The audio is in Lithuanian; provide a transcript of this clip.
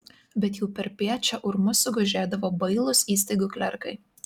bet jau perpiet čia urmu sugužėdavo bailūs įstaigų klerkai